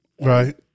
Right